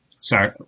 Sorry